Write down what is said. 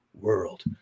world